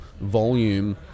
volume